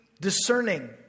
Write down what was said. discerning